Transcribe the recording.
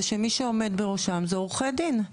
זה שמי שעומד בראשן זה עורכי דין.